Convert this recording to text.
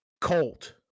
Colt